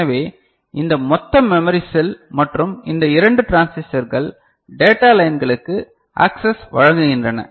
எனவே இந்த மொத்த மெமரி செல் மற்றும் இந்த இரண்டு டிரான்சிஸ்டர்கள் டேட்டா லைன்களுக்கு ஆக்ஸஸ் வழங்குகின்றன